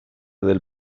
del